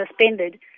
suspended